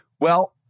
Well-